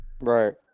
Right